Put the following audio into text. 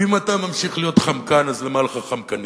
ואם אתה ממשיך להיות חמקן, אז למה לך "חמקנים"?